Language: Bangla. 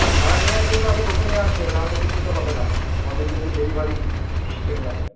আর সার নেওয়ার জন্য আপনি লোকও নিয়ে আসবেন না নিলে কিন্তু হবেনা আমাদের কিন্তু ডেলিভারি সিস্টেম নাই